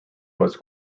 was